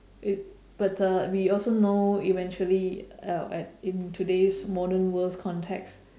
if but uh we also know eventually uh at in today's modern world context